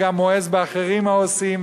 גם מואס באחרים העושים,